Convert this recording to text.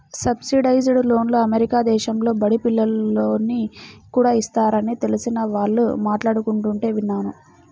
subsidised లోన్లు America దేశంలో బడి పిల్లోనికి కూడా ఇస్తారని తెలిసిన వాళ్ళు మాట్లాడుకుంటుంటే విన్నాను